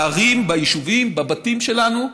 בערים, ביישובים, בבתים שלנו,